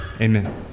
amen